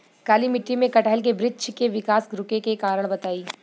काली मिट्टी में कटहल के बृच्छ के विकास रुके के कारण बताई?